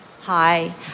Hi